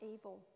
evil